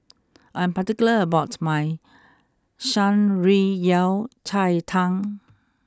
I am particular about my Shan Rui Yao Cai Tang